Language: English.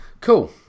cool